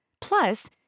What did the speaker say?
Plus